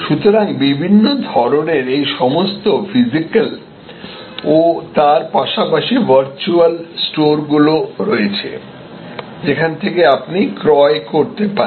সুতরাং বিভিন্ন ধরণের এই সমস্ত ফিজিক্যাল ও তার পাশাপাশি ভার্চুয়াল স্টোরগুলি রয়েছে যেখান থেকেআপনি ক্রয় করতে পারেন